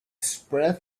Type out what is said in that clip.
spread